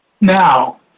Now